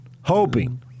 hoping